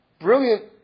brilliant